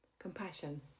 Compassion